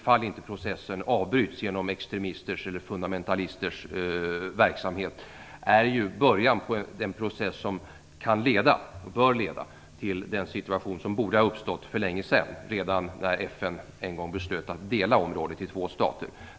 Om inte processen avbryts av extremisters eller fundamentalisters verksamhet kan vi nu se början på den process som kan och bör leda till en situation som borde ha uppstått för länge sedan, redan när FN en gång beslöt att dela området i två stater.